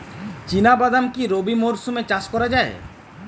চিনা বাদাম কি রবি মরশুমে চাষ করা যায়?